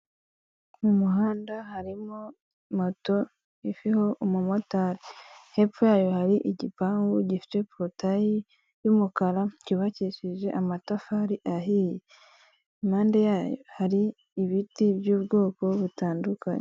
K'umuhanda harimo moto iriho umumotari hepfo yayo hari igipangu gifite porutaye y'umukara cyubakishije amatafari ahiye impande yayo hari ibiti byubwoko butandukanye.